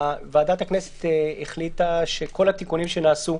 ועדת הכנסת החליטה שכל התיקונים המהותיים שנעשו,